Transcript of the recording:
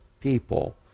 people